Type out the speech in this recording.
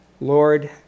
Lord